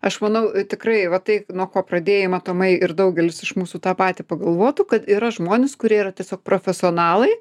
aš manau tikrai va tai nuo ko pradėjai matomai ir daugelis iš mūsų tą patį pagalvotų kad yra žmonės kurie yra tiesiog profesionalai